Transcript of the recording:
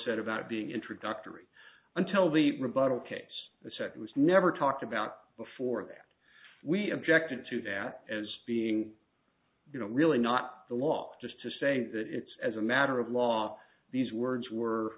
said about being introductory until the rebuttal case the second was never talked about before that we objected to that as being you know really not the law just to say that it's as a matter of law these words were